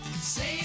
Save